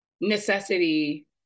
necessity